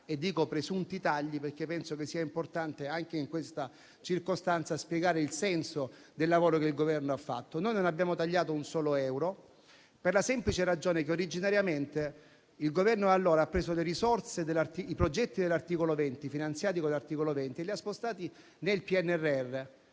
di presunti tagli, perché penso che sia importante anche in questa circostanza spiegare il senso del lavoro che il Governo ha fatto. Noi non abbiamo tagliato un solo euro, per la semplice ragione che originariamente il Governo di allora ha preso i progetti finanziati con l'articolo 20 e li ha spostati nel PNRR.